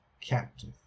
captive